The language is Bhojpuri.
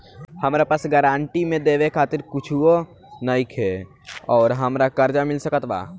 हमरा पास गारंटी मे देवे खातिर कुछूओ नईखे और हमरा कर्जा मिल सकत बा?